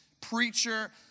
preacher